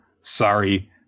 Sorry